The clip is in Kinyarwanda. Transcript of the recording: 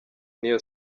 n’iyo